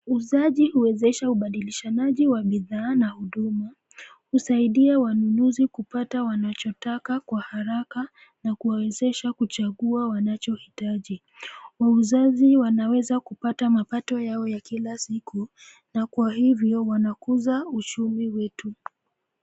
Uuzaji huwezesha ubadilishaji wa bidhaa na huduma, husaidia wanunuzi kupata wanachotaka kwa haraka na kuwaezesha kupata wanachohitaji. Wauzaji wanaweza kupata mapato yao ya kila siku na kwa hivyo, wanakuza uchumi wetu.